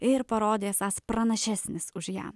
ir parodė esąs pranašesnis už ją